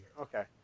Okay